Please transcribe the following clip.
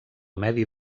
medi